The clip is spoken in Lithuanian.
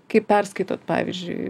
kai perskaitot pavyzdžiui